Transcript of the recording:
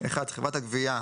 (1)חברת הגבייה,